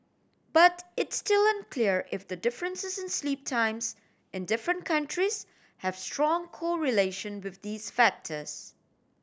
but it's still unclear if the differences in sleep times in different countries have strong correlation with these factors